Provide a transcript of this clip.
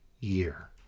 year